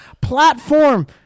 platform